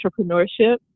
entrepreneurship